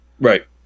Right